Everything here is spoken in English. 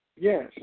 Yes